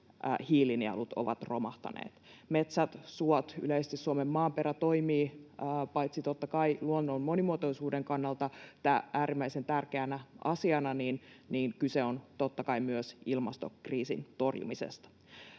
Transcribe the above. hiilinielut ovat romahtaneet. Metsät, suot, yleisesti Suomen maaperä toimivat totta kai luonnon monimuotoisuuden kannalta äärimmäisen tärkeänä asiana, mutta kyse on totta kai myös ilmastokriisin torjumisesta.